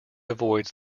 avoids